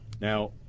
Now